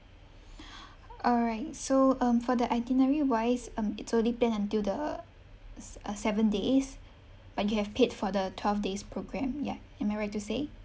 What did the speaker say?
all right so um for the itinerary-wise um it's already planned until the s~ uh seven days but you have paid for the twelve days programme ya am I right to say